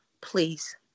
please